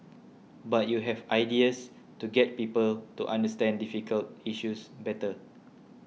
but you have ideas to get people to understand difficult issues better